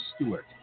Stewart